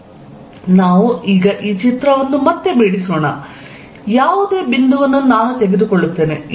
ಆದ್ದರಿಂದ ನಾವು ಈ ಚಿತ್ರವನ್ನು ಮತ್ತೆ ಬಿಡಿಸೋಣ ಯಾವುದೇ ಬಿಂದುವನ್ನು ತೆಗೆದುಕೊಳ್ಳುತ್ತೇನೆ